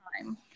time